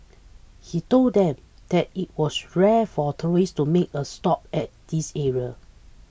he told them that it was rare for tourists to make a stop at this area